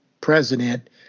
president